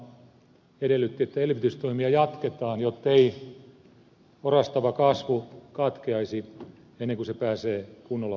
obama edellytti että elvytystoimia jatketaan jottei orastava kasvu katkeaisi ennen kuin se pääsee kunnolla vauhtiin